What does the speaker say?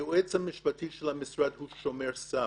היועץ המשפטי של המשרד הוא שומר סף.